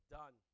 done